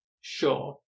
sure